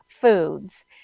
foods